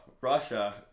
Russia